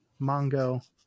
Mongo